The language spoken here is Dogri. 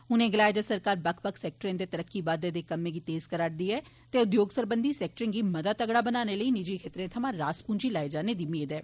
उनें गलाया जे सरकार बक्ख बक्ख सैक्टरें दे तरक्की बाद्दे दे कम्में गी तेज करा रदी ऐ ते उद्योगें सरबंधी सैक्टर गी मता तगड़ा बनाने लेई निजी खेत्तर थमां रास पूंजी लाए जाने दी मेद ऐ